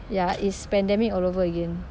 ya it's pandemic all over again